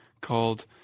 called